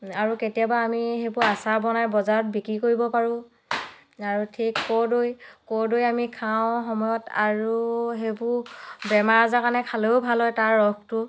আৰু কেতিয়াবা আমি সেইবোৰ আচাৰ বনাই বজাৰত বিক্ৰী কৰিব পাৰোঁ আৰু ঠিক কৰ্দৈ কৰ্দৈ আমি খাওঁ সময়ত আৰু সেইবোৰ বেমাৰ আজাৰ কাৰণে খালেও ভাল হয় তাৰ ৰসটো